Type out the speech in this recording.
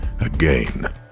Again